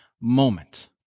moment